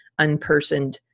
unpersoned